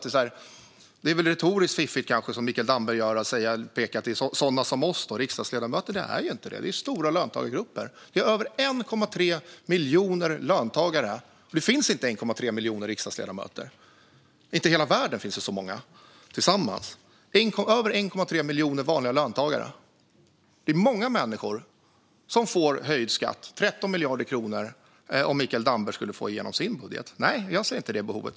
Det kanske är retoriskt fiffigt att som Mikael Damberg peka på sådana som vi, riksdagsledamöter. Men det är inte oss det handlar om utan om stora löntagargrupper - över 1,3 miljoner löntagare. Det finns inte 1,3 miljoner riksdagsledamöter, inte ens i hela världen. Det är alltså många människor som skulle få höjd skatt, med sammanlagt 13 miljarder kronor, om Mikael Damberg skulle få igenom sin budget. Nej, jag ser inte det behovet.